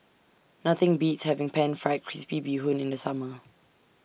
Nothing Beats having Pan Fried Crispy Bee Hoon in The Summer